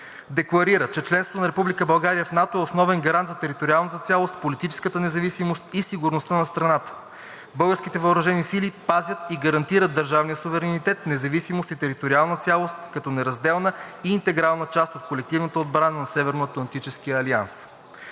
Декларира, че членството на Република България в НАТО е основен гарант за териториалната цялост, политическата независимост и сигурността на страната. Българските въоръжени сили пазят и гарантират държавния суверенитет, независимост и териториална цялост като неразделна и интегрална част от колективната отбрана на Северноатлантическия алианс.